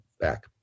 back